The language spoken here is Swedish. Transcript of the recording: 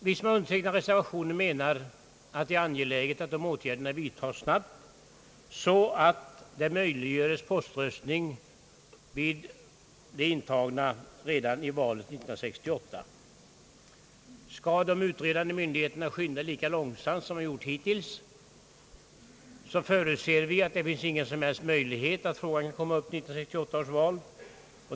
Vi som har undertecknat reservationen anser att det är angeläget att dessa åtgärder snabbt vidtas så att poströstning möjliggöres för de intagna redan vid valet år 1968. Skall de utredande myndigheterna skynda lika långsamt som hittills förutser vi att det inte finns några som helst möjligheter att frågan löses före valet i år.